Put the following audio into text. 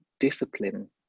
discipline